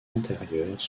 antérieurs